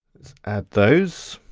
let's add those.